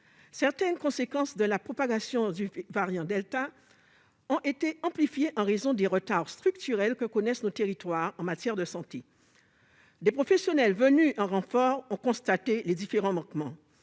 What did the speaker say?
certaines conséquences de la propagation du variant delta ont été amplifiées en raison des retards structurels que connaissent nos territoires en matière de santé. Des professionnels venus en renfort ont constaté les manques